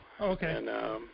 Okay